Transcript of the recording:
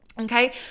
okay